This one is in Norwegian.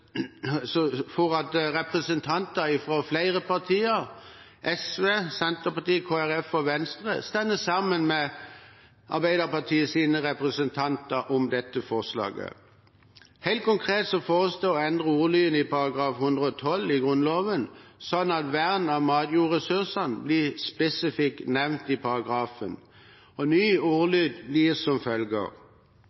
at representanter fra flere partier, SV, Senterpartiet, Kristelig Folkeparti og Venstre, står sammen med Arbeiderpartiets representanter om dette forslaget. Helt konkret foreslås det å endre ordlyden i § 112 i Grunnloven slik at vern av matjordressursene blir spesifikt nevnt i paragrafen. Ny